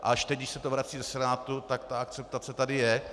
Až teď, když se to vrací ze Senátu, tak ta akceptace tady je.